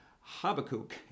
Habakkuk